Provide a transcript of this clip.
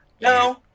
no